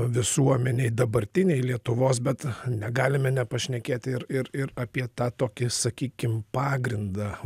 visuomenei dabartinei lietuvos bet negalime nepašnekėti ir ir ir apie tą tokį sakykim pagrindą